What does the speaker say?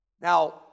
Now